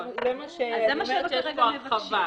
יש פה הרחבה.